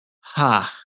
Ha